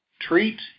Treat